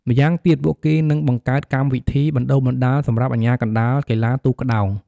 ម៉្យាងទៀតពួកគេនឹងបង្កើតកម្មវិធីបណ្ដុះបណ្ដាលសម្រាប់អាជ្ញាកណ្ដាលកីឡាទូកក្ដោង។